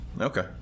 Okay